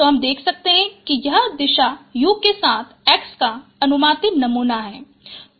तो हम देख सकते हैं कि यह दिशा u के साथ x का अनुमानित नमूना है